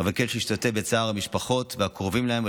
אבקש להשתתף בצער המשפחות והקרובים להם,